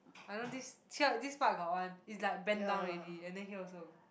I don't this here this part got one is like bend down already and then here also